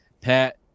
Pat